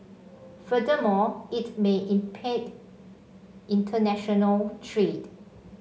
furthermore it may impede international trade